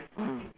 mm